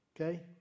okay